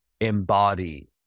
embody